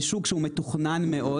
יש שוק מתוכנן מאוד